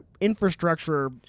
infrastructure